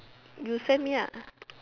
you send me ah